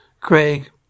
Craig